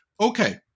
Okay